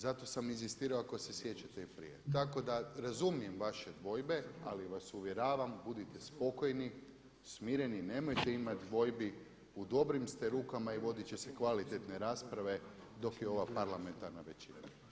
Zato sam inzistirao ako se sjećate i prije, tako da razumijem vaše dvojbe ali vas uvjeravam budite spokojni, smireni, nemojte imati dvojbi, u dobrim ste rukama i vodit će se kvalitetne rasprave dok je ova parlamentarna većina.